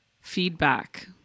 feedback